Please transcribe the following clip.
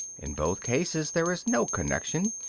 in both cases there is no connection,